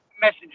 Messenger